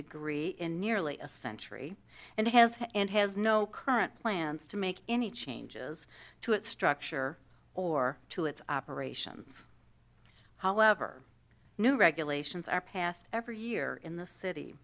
degree in nearly a century and it has and has no current plans to make any changes to its structure or to its operations however new regulations are passed every year in the city